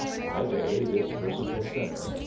by day this versatile sinner,